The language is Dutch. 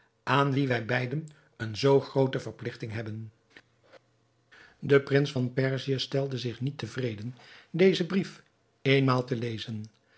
aan wien wij beiden eene zoo groote verpligting hebben de prins van perzië stelde zich niet tevreden dezen brief éénmaal te lezen